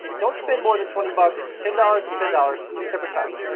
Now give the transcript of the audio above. don't spend more than twenty bucks, ten dollars to ten dollars, two separate times.